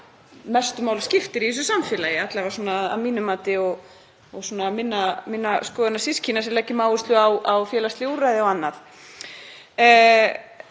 mestu máli skiptir í þessu samfélagi, alla vega að mínu mati og minna skoðanasystkina sem leggjum áherslu á félagsleg úrræði og annað.